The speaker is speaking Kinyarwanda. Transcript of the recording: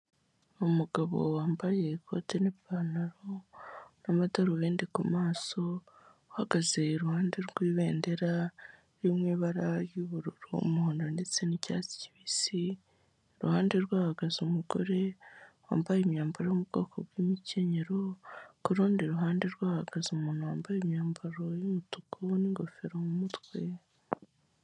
Umugabo wambaye ikote n'ipantaro n'amadarubindi ku maso, uhagaze iruhande rw'ibendera riri mu ibara ry'ubururu, umuhondo ndetse n'icyatsi kibisi, iruhande rwe hahagaze umugore wambaye imyambaro yo mu bwoko bw'imikenyero, ku rundi ruhande rwe hahagaze umuntu wambaye imyambaro y'umutuku n'ingofero mu mutwe.